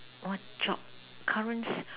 what job current